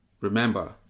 Remember